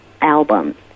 album